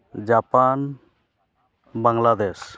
Japan Bangladesh